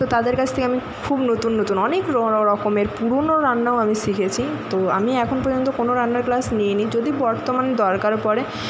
তো তাদের কাছ থেকে আমি খুব নতুন নতুন অনেক রকমের পুরোনো রান্নাও আমি শিখেছি তো আমি এখনও পর্যন্ত কোনো রান্নার ক্লাস নিই নি যদি বর্তমানে দরকার পড়ে